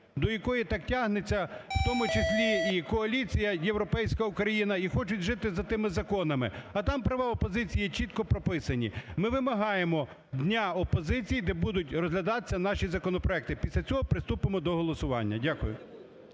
до якої так тягнеться в тому числі і Коаліція "Європейська Україна", і хочуть жити за тими законами. А там права опозиції є чітко прописані. Ми вимагаємо дня опозиції, де будуть розглядатися наші законопроекти, після цього притупимо до голосування. Дякую.